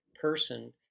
person